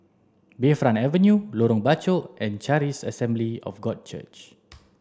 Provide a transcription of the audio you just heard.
Bayfront Avenue Lorong Bachok and Charis Assembly of God Church